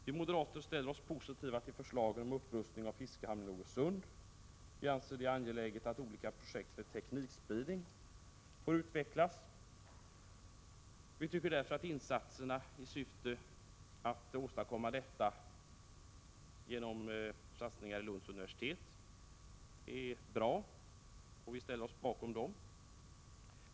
Vi moderater ställer oss positiva till förslagen om upprustning av fiskehamnen i Nogersund. Vi anser att det är angeläget att olika projekt för teknikspridning får utvecklas. Vi tycker därför att insatserna i syfte att åstadkomma detta genom satsningar på Lunds universitet är bra, och vi ställer oss bakom dem.